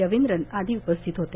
रबींद्रन आदी उपस्थित होते